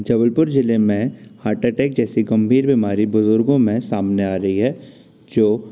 जबलपुर जिले में heart attack जैसी गंभीर बीमारी बुजुर्गों में सामने आ रही है जो